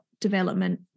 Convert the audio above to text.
development